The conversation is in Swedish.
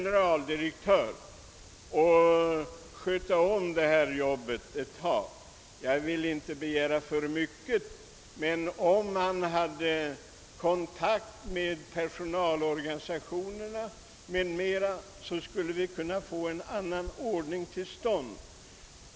Jag vill inte begära för mycket och det vore kanske att sträcka sig för långt, men om man toge kontakt med personalorganisationerna, skulle vi kanske kunna få en förbättring.